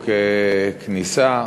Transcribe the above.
או ככניסה,